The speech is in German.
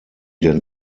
denn